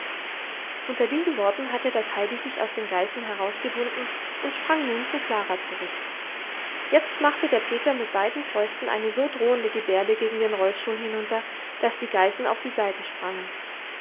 unter diesen worten hatte das heidi sich aus den geißen herausgewunden und sprang nun zu klara zurück jetzt machte der peter mit beiden fäusten eine so drohende gebärde gegen den rollstuhl hinunter daß die geißen auf die seite sprangen